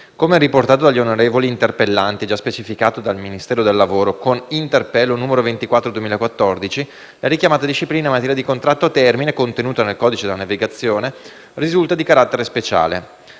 Come riportato dagli onorevoli interpellanti e già specificato dal Ministero del lavoro e delle politiche sociali con interpello n. 24 del 2014, la richiamata disciplina in materia di contratto a termine contenuta nel codice della navigazione risulta di carattere speciale.